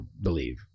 believe